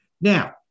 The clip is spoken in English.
Now